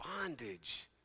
bondage